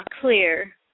clear